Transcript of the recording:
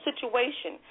situation